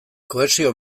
kohesio